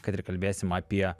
kad ir kalbėsim apie